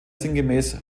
sinngemäß